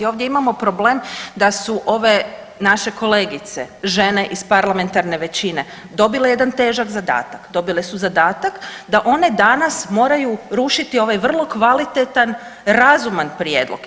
Ovdje imamo problem da su ove naše kolegice, žene iz parlamentarne većine dobile jedan težak zadatak, dobile su zadatak da one danas moraju rušiti ovaj vrlo kvalitetan razuman prijedlog.